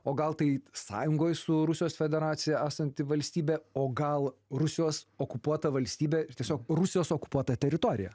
o gal tai sąjungoj su rusijos federacija esanti valstybė o gal rusijos okupuota valstybė ir tiesiog rusijos okupuota teritorija